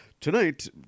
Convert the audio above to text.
tonight